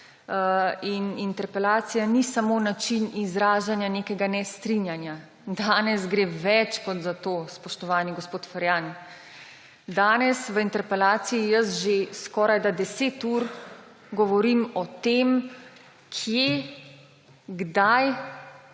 in interpelacija ni samo način izražanja nekega nestrinjanja. Danes gre več kot za to, spoštovani gospod Ferjan. Danes v interpelaciji jaz že skorajda 10 ur govorim o tem, kje, kdaj